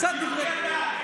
קצת דברי תורה.